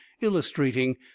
illustrating